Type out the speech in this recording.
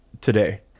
today